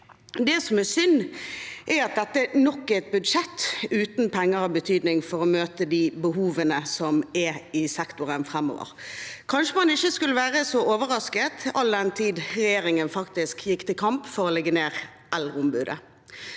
Det som er synd, er at dette er nok et budsjett uten penger av betydning for å møte de behovene som er i sektoren framover. Kanskje man ikke skulle være så overrasket, all den tid regjeringen faktisk gikk til kamp for å legge ned eldreombudet.